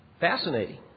Fascinating